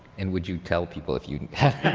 and would you tell people if you had.